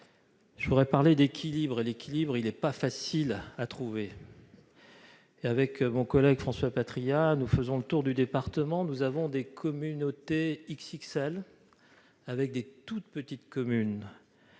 je voudrais parler d'« équilibre ». L'équilibre n'est pas facile à trouver. Mon collègue François Patriat et moi-même faisons le tour de notre département. Nous avons des communautés « XXL » avec de toutes petites communes.